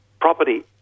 Property